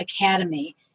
academy